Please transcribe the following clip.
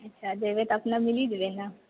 अच्छा जेबै तऽ अपने मिली जेबै ने